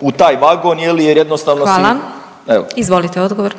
u taj vagon jer jednostavno si evo. **Glasovac,